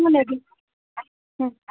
ମୁଁ ନେବି ହଁ